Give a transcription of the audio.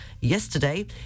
yesterday